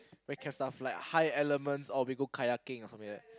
very camp's stuff like high elements or we go kayaking something like that